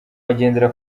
bagendera